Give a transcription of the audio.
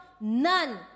none